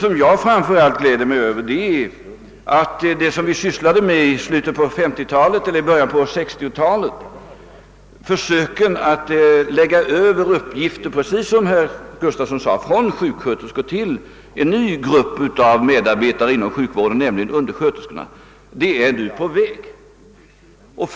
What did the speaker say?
Vad jag framför allt gläder mig åt är att vad vi sysslade med i slutet av 1950 talet eller i början på 1960-talet — försöken att lägga över uppgifter från sjuksköterskor till en ny grupp medarbetare inom sjukvården, nämligen undersköterskor — nu är på väg att förverkligas.